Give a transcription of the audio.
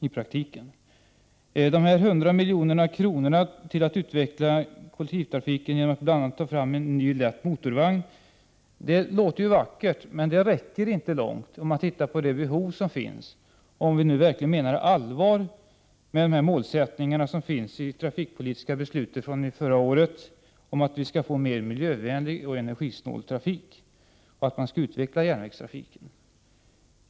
Talet om att ge 100 milj.kr. till kollektivtrafiken för att man bl.a. skall kunna ta fram en ny lätt motorvagn låter ju vackert. Men pengarna räcker inte långt med tanke på behoven, om man verkligen menar allvar med målen i det trafikpolitiska beslutet från förra året: en mera miljövänlig och energisnål trafik med utbyggnad av järnvägstrafiken.